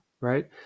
right